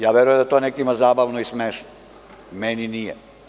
Ja verujem da je to nekima zabavno i smešno, meni nije.